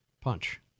punch